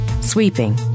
sweeping